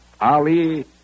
Ali